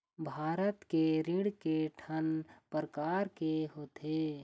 भारत के ऋण के ठन प्रकार होथे?